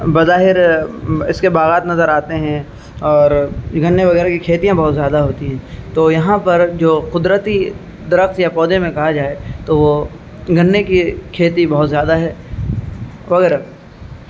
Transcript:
بظاہر اس کے باغات نظر آتے ہیں اور گنے وغیرہ کی کھیتیاں بہت زیادہ ہوتی ہیں تو یہاں پر جو قدرتی درخت یا پودے میں کہا جائے تو وہ گنے کی کھیتی بہت زیادہ ہے وغیرہ